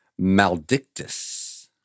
Maldictus